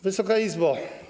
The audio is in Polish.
Wysoka Izbo!